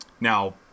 Now